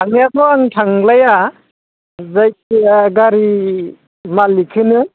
थांनायाथ' आं थांलाया जायखिया गारि मालिकखौनो